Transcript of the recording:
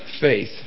faith